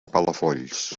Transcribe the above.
palafolls